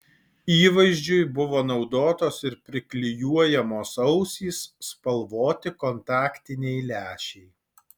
įvaizdžiui buvo naudotos ir priklijuojamos ausys spalvoti kontaktiniai lęšiai